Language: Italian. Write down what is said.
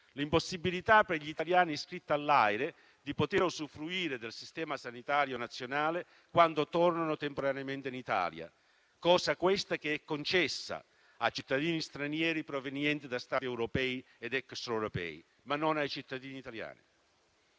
l'impossibilità per gli italiani iscritti all'AIRE di usufruire del sistema sanitario nazionale quando tornano temporaneamente in Italia, cosa che invece è concessa ai cittadini stranieri provenienti da Stati europei ed extraeuropei (ma non ai cittadini italiani).